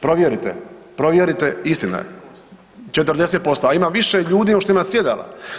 Provjerite, provjerite istina je, 40%, a ima više ljudi nego što ima sjedala.